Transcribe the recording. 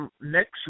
Next